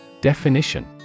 Definition